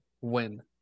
win